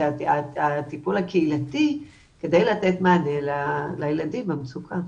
הטיפול הקהילתי כדי לתת מענה לילדים במצוקה.